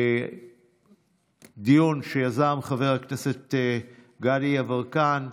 דיון שיזם חבר הכנסת גדי יברקן,